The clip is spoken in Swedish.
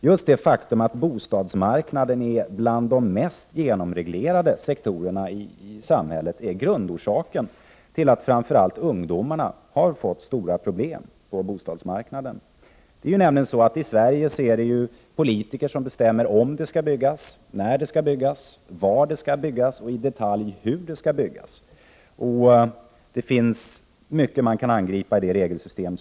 Just det faktum att bostadsmarknaden hör till de mest genomreglerade sektorerna i samhället är grundorsaken till att framför allt ungdomarna har fått stora problem på bostadsmarknaden. I Sverige är det nämligen politiker som bestämmer om det skall byggas, när det skall byggas, var det skall byggas och i detalj hur det skall byggas. Det finns mycket man kan angripa i detta regelsystem.